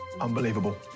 Unbelievable